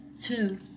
Two